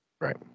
Right